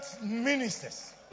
ministers